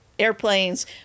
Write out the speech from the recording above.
Airplanes